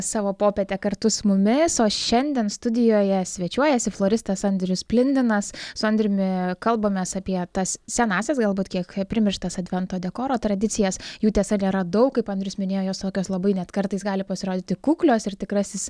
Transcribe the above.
savo popietę kartu su mumis o šiandien studijoje svečiuojasi floristas andrius plindinas su andriumi kalbamės apie tas senąsias galbūt kiek primirštas advento dekoro tradicijas jų tiesa nėra daug kaip andrius minėjo jos tokios labai net kartais gali pasirodyti kuklios ir tikrasis